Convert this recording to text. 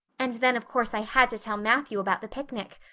and then, of course, i had to tell matthew about the picnic.